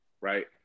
right